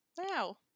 Wow